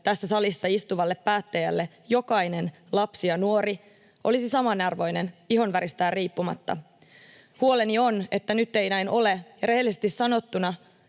tässä salissa istuvalle päättäjälle jokainen lapsi ja nuori olisi samanarvoinen ihonväristään riippumatta. Huoleni on, että nyt ei näin ole, ja rehellisesti sanottuna